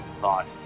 thought